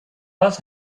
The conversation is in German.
was